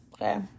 Okay